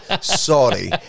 Sorry